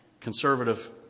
conservative